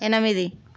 ఎనిమిది